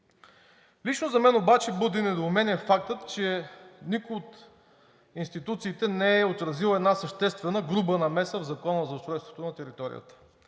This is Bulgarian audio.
Лично за мен обаче буди недоумение фактът, че никоя от институциите не е отразила една съществена груба намеса в Закона за устройство на територията.